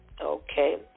okay